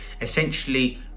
essentially